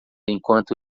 enquanto